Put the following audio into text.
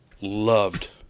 loved